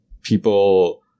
people